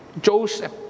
Joseph